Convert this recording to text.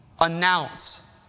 announce